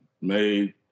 made